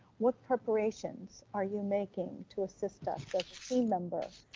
what preparations are you making to assist us the team member